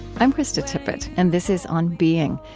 i'm krista tippett, and this is on being.